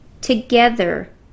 together